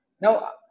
Now